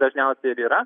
dažniausiai ir yra